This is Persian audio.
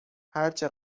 هرچه